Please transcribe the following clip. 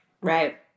right